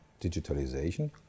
digitalization